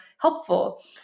helpful